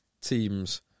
teams